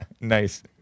Nice